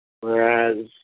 whereas